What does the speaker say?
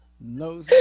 No